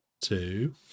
Two